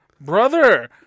Brother